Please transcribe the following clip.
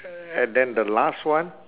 uh and then the last one